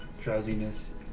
drowsiness